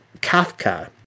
Kafka